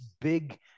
big